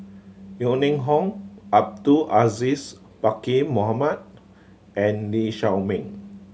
Yeo Ning Hong Abdul Aziz Pakkeer Mohamed and Lee Shao Meng